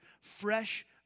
Fresh